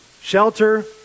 shelter